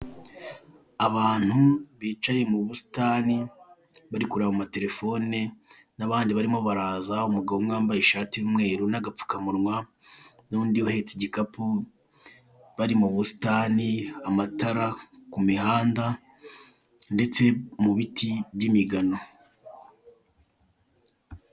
Abantu bicaye mu busitani barikureba mu materefone n'abandi barimo baraza umugabo umwe wambaye ishati y'umweru n'agapfukamunwa n'undi uhetse igikapu bari mu busitani amatara kumuhanda ndetse mu biti by'imigano.